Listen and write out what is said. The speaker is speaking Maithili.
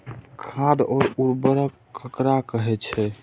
खाद और उर्वरक ककरा कहे छः?